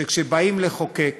שבדמוקרטיה, כשבאים לחוקק